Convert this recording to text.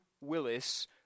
Willis